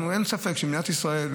אין ספק שבמדינת ישראל,